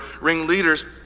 ringleaders